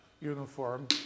uniform